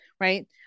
right